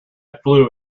flew